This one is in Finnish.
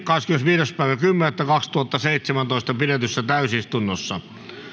kahdeskymmenesviides kymmenettä kaksituhattaseitsemäntoista pidetyssä täysistunnossa